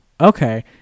okay